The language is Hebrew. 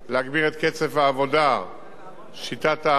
שיטת המכרזים והביצוע תהיה שבכל חלק